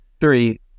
Three